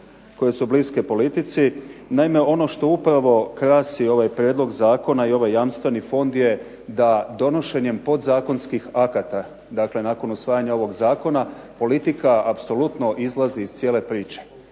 koje su bliske politici, naime, ono što upravo krasi ovaj Prijedlog zakona i ovaj jamstveni fond je da donošenje podzakonskih akata dakle nakon usvajanja ovog Zakona, politika apsolutno izlazi iz cijele priče.